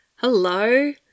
Hello